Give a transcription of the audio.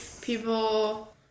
People